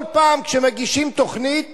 כל פעם שמגישים תוכנית